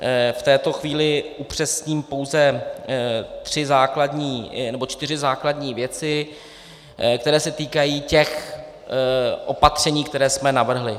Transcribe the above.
V této chvíli upřesním pouze tři základní, nebo čtyři základní věci, které se týkají těch opatření, která jsme navrhli.